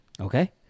Okay